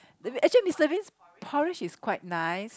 actually Mister Bean's porridge is quite nice